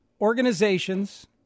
organizations